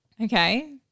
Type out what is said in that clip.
Okay